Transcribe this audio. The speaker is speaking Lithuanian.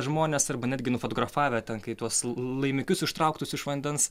žmonės arba netgi nufotografavę ten kai tuos laimikius ištrauktus iš vandens